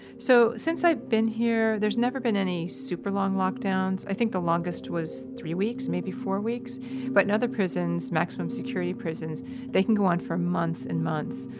so since i've been here there's never been any super long lockdowns. i think the longest was three weeks, maybe four weeks but in other prisons maximum security prisons they can go on for months and months,